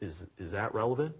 is is that relevant